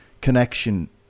connection